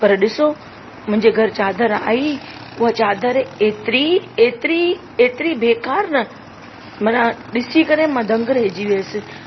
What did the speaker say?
पर ॾिसो मुंहिंजे घरु चादरु आई उहा चादरु एतिरी एतिरी एतिरी बेक़ार न माना ॾिसी करे मां दंग रहिजी वियसि